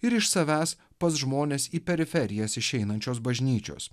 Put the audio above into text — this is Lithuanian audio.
ir iš savęs pas žmones į periferijas išeinančios bažnyčios